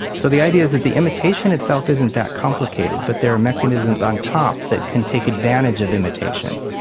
so the idea is that the imitation itself isn't that complicated, but there are mechanisms on top that can take advantage of imitation.